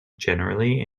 generally